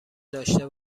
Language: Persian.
داشته